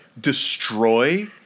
destroy